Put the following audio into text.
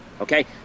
okay